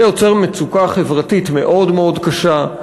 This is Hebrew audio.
זה יוצר מצוקה חברתית מאוד מאוד קשה.